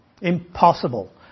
Impossible